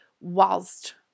whilst